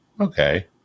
Okay